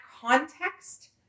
context